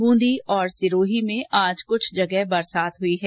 ब्रंदी और सिरोही में आज क्छ जगह बरसात हई है